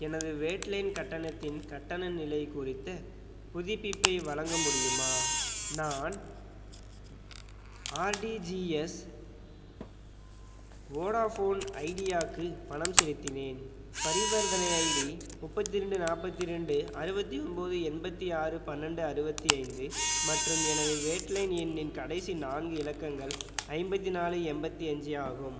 எனது wired line கட்டணத்தின் கட்டண நிலை குறித்த புதுப்பிப்பை வழங்க முடியுமா நான் ஆர்டிஜிஎஸ் வோடாஃபோன் ஐடியாவுக்கு பணம் செலுத்தினேன் பரிவர்தனை ஐடி முப்பத்து ரெண்டு நாற்பத்தி ரெண்டு அறுபத்தி ஒம்பது எண்பத்து ஆறு பன்னெண்டு அறுபத்தி ஐந்து மற்றும் எனது வேட் லைன் எண்ணின் கடைசி நான்கு இலக்கங்கள் ஐம்பத்து நாலு எண்பத்தி அஞ்சு ஆகும்